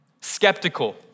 skeptical